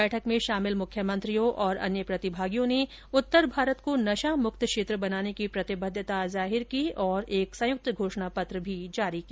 बैठक में शामिल मुख्यमंत्रियों और अन्य प्रतिभागियों ने उत्तर भारत को नशा मुक्त क्षेत्र बनाने की प्रतिबद्धता जाहिर की और एक संयुक्त घोषणा पत्र जारी किया